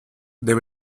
they